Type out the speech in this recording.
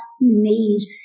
need